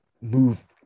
move